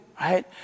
right